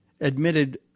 admitted